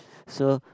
so